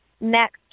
next